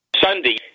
Sunday